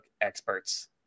experts